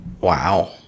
Wow